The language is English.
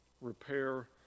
repair